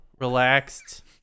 relaxed